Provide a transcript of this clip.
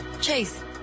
Chase